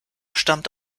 stammte